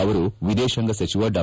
ಅವರು ವಿದೇಶಾಂಗ ಸಚಿವ ಡಾ